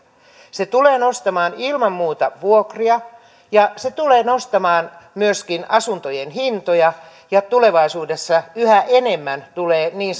se tulee nostamaan ilman muuta vuokria ja se tulee nostamaan myöskin asuntojen hintoja ja tulevaisuudessa yhä enemmän tulee niin